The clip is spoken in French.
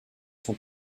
son